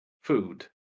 food